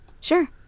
Sure